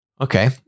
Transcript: Okay